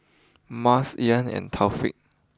Mas Iman and Taufik